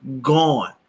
gone